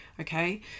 Okay